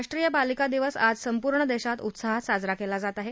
राष्ट्रीय बालिका दिवस आज संपूर्ण देशात उत्साहात साजरा केला जात आहे